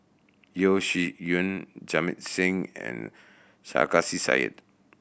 Yeo Shih Yun Jamit Singh and Sarkasi Said